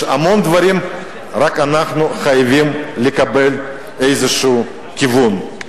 יש המון דברים, רק אנחנו חייבים לקבל איזה כיוון.